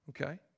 okay